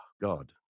God